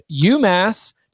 UMass